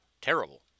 terrible